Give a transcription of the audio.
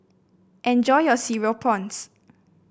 enjoy your Cereal Prawns